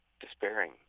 despairing